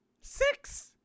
Six